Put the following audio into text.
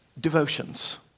Devotions